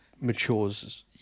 matures